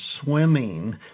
swimming